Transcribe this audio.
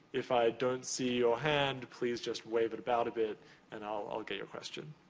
if i don't see your hand, please just wave it about a bit and i'll get your question.